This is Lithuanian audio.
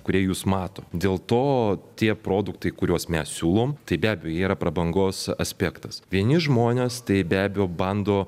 kurie jus mato dėl to tie produktai kuriuos mes siūlom tai be abejo jie yra prabangos aspektas vieni žmonės tai be abejo bando